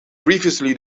previously